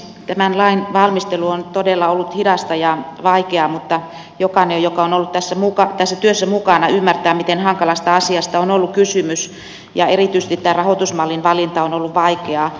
tämän lain valmistelu on todella ollut hidasta ja vaikeaa mutta jokainen joka on ollut tässä työssä mukana ymmärtää miten hankalasta asiasta on ollut kysymys ja erityisesti tämä rahoitusmallin valinta on ollut vaikeaa